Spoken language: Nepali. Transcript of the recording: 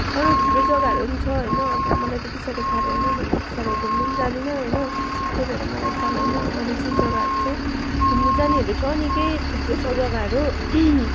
अरू थुप्रै जग्गाहरू पनि छ होइन अब मलाई त्यत्ति साह्रो थाहा भएन म त्यत्ति साह्रो घुम्नु पनि जाँदिनँ होइन त्यही भएर चाहिँ मलाई थाह भएन अरूहरू चाहिँ जग्गाहरू चाहिँ घुम्नु जानेहरू छ निकै थुप्रो छ जग्गाहरू